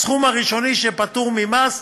הסכום הראשוני שפטור ממס,